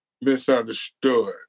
Misunderstood